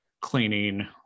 cleaning